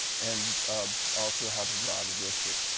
and ah also how to draw the districts.